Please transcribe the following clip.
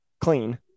clean